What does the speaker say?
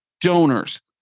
donors